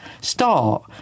start